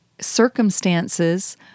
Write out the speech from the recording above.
circumstances